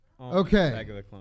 Okay